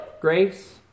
grace